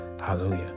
Hallelujah